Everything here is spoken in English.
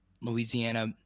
Louisiana